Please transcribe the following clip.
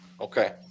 Okay